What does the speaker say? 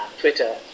Twitter